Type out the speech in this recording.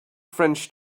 french